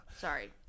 sorry